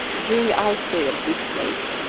during our stay at this place,